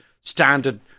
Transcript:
standard